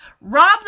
rob